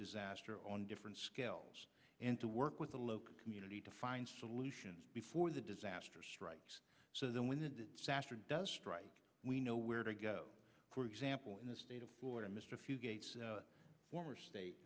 disaster on different scales and to work with the local community to find solutions before the disaster strikes so then when the sastre does strike we know where to go for example in the state of florida mr few gates were state